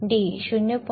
d 0